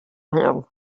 him